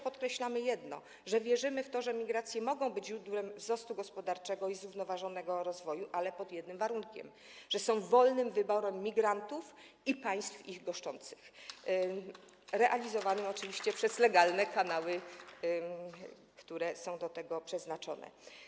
Podkreślamy jeszcze jedno: wierzymy w to, że migracje mogą być źródłem wzrostu gospodarczego i zrównoważonego rozwoju, ale pod jednym warunkiem: że są wolnym wyborem migrantów i państw ich goszczących, realizowanym oczywiście przez legalne kanały, które są do tego przeznaczone.